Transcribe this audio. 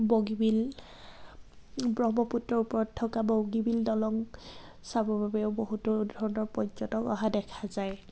বগীবিল ব্ৰহ্মপুত্ৰৰ ওপৰত থকা বগীবিল দলং চাবৰ বাবেও বহুতো ধৰণৰ পৰ্যটক অহা দেখা যায়